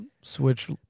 switch